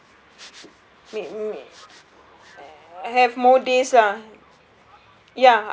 have more days lah